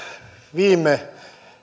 viime